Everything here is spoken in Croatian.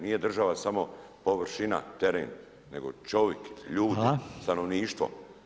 Nije država samo površina, teren, nego čovjek, ljudi, stanovništvo.